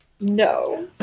No